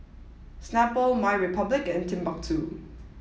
Snapple MyRepublic and Timbuk Two